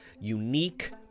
unique